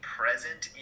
present